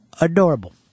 Adorable